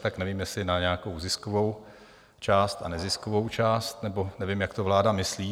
Tak nevím, jestli na nějakou ziskovou část a neziskovou část, nebo nevím, jak to vláda myslí?